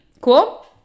Cool